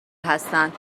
هستند